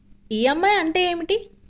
EMI అంటే ఏమిటి?